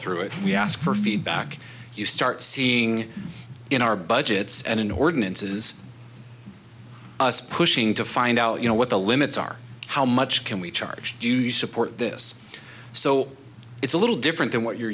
through it we ask for feedback you start seeing in our budgets and in ordinances us pushing to find out you know what the limits are how much can we charge do you support this so it's a little different than what you're